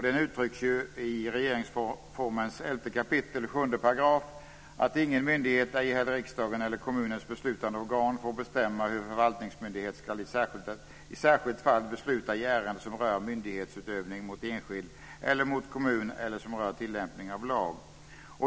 Den uttrycks ju i regeringsformen 11 kap. 7 §: "Ingen myndighet, ej heller riksdagen eller kommuns beslutande organ, får bestämma, hur förvaltningsmyndighet skall i särskilt fall besluta i ärende som rör myndighetsutövning mot enskild eller mot kommun eller som rör tillämpning av lag."